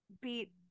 beat